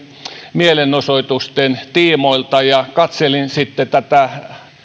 mielenosoitusten tiimoilta ja katselin sitten tätä